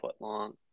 footlong